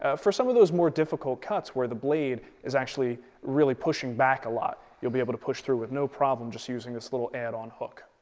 ah for some of those more difficult cuts where the blade is actually really pushing back a lot, you'll be able to push through with no problem just using this little add-on hook.